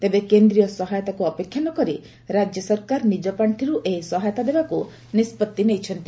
ତେବେ କେନ୍ଦ୍ରୀୟ ସହାୟତାକୁ ଅପେକ୍ଷା ନ କରି ରାଜ୍ୟ ସରକାର ନିଜ ପାର୍ଷିରୁ ଏହି ସହାୟତା ଦେବାକୁ ନିଷ୍ପଭି ନେଇଛନ୍ତି